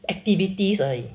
activities 而已